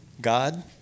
God